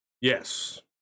Yes